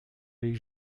les